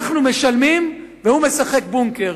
אנחנו משלמים והוא משחק "בונקר".